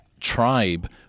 Tribe